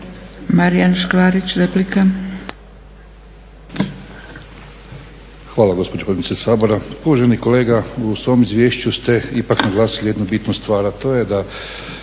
Marijan Škvarić, replika.